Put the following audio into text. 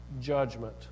judgment